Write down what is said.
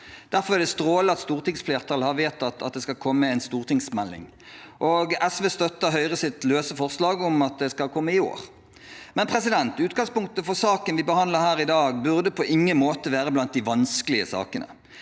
Derfor er det strålende at stortingsflertallet har vedtatt at det skal komme en stortingsmelding, og SV støtter Høyres løse forslag om at det skal komme i år. Men utgangspunktet for saken vi behandler her i dag, burde på ingen måte være blant de vanskelige sakene.